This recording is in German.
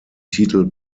titel